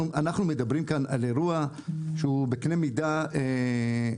אנחנו מדברים כאן על אירוע שהוא בקנה מידה קטסטרופלי,